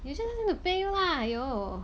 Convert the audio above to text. you just need to pay lah !aiyo!